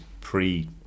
pre